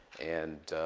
and